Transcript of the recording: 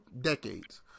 decades